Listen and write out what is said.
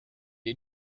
est